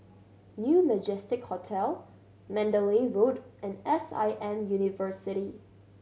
Mew Majestic Hotel Mandalay Road and S I M University